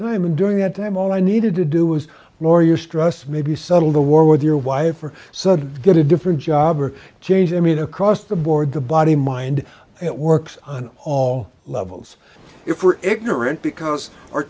time and during that time all i needed to do was lower your stress maybe settle the war with your wife or son get a different job or change i mean across the board the body mind it works on all levels if we're ignorant because our